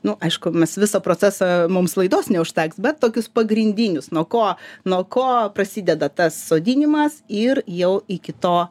nu aišku mes visą procesą mums laidos neužteks bet tokius pagrindinius nuo ko nuo ko prasideda tas sodinimas ir jau iki to